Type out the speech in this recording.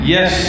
Yes